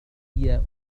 إخوة